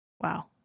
Wow